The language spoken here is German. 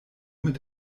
mit